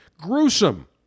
Gruesome